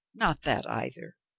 not that either.